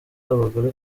abagore